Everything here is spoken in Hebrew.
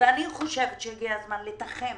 אז אני חושבת שהגיע הזמן לתחם